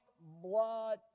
blood